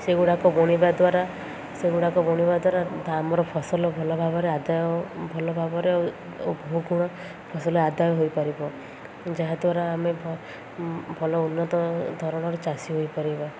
ସେଗୁଡ଼ାକ ବୁଣିବା ଦ୍ୱାରା ସେଗୁଡ଼ାକ ବୁଣିବା ଦ୍ୱାରା ଆମର ଫସଲ ଭଲ ଭାବରେ ଆଦାୟ ଭଲ ଭାବରେ ବହୁ ଗୁଣ ଫସଲ ଆଦାୟ ହୋଇପାରିବ ଯାହାଦ୍ୱାରା ଆମେ ଭଲ ଉନ୍ନତ ଧରଣର ଚାଷୀ ହୋଇପାରିବା